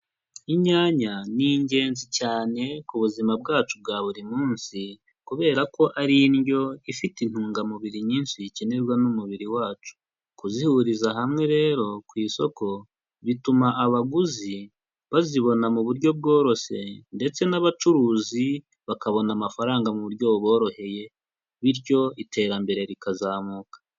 Inyanya ni ingenzi cyane ku buzima bwacu bwa buri munsi, kubera ko ari indyo ifite intungamubiri nyinshi zikenerwa n'umubiri wacu, kuzihuriza hamwe rero ku isoko, bituma abaguzi bazibona mu buryo bworoshye, ndetse n'abacuruzi bakabona amafaranga mu buryo buboroheye, bityo iterambere rikazamuka.